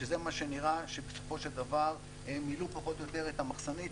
שזה מה שנראה שבסופו של דבר מילאו פחות או יותר את המחסנית.